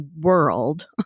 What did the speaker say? world